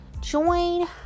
Join